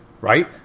right